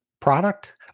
product